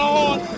on